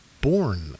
born